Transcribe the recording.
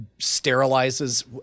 sterilizes